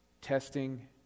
testing